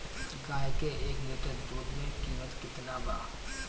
गाय के एक लीटर दूध के कीमत केतना बा?